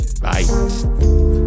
Bye